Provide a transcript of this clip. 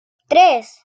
tres